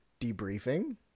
debriefing